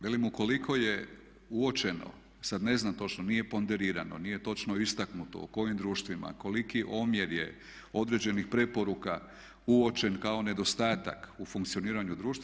Velim ukoliko je uočeno, sad ne znam točno, nije ponderirano, nije točno istaknuto u kojim društvima, koliki omjer je određenih preporuka uočen kao nedostatak u funkcioniranju društva.